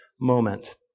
moment